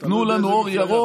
תנו לנו אור ירוק,